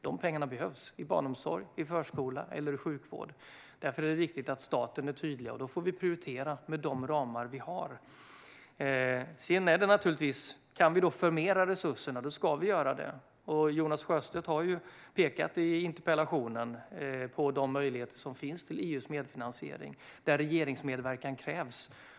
Dessa pengar behövs i barnomsorg, förskola och sjukvård, och därför är det viktigt att staten är tydlig. Då får vi prioritera med de ramar vi har. Om vi kan förmera resurserna ska vi göra det. Jonas Sjöstedt pekade i interpellationen på de möjligheter till medfinansiering från EU som finns och där regeringsmedverkan krävs.